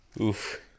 Oof